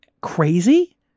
crazy